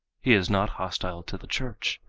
he is not hostile to the church.